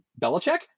Belichick